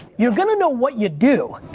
you're gonna know what you do,